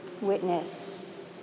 witness